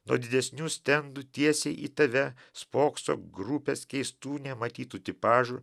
nuo didesnių stendų tiesiai į tave spokso grupės keistų nematytų tipažų